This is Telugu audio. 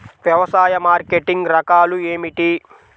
వ్యవసాయ మార్కెటింగ్ రకాలు ఏమిటి?